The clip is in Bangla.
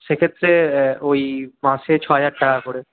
সে ক্ষেত্রে ওই মাসে ছহাজার টাকা করে